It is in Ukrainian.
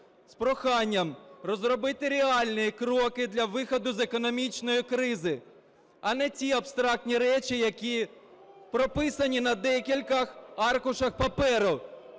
з проханням розробити реальні кроки для виходу з економічної кризи, а не ті абстрактні речі, які прописані на декількох аркушах паперу,